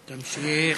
תמשיך.